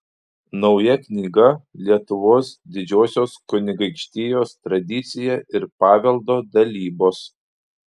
nauja knyga lietuvos didžiosios kunigaikštijos tradicija ir paveldo dalybos